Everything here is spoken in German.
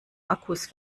akkus